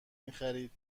میخرید